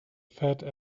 fat